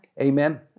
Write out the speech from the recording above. Amen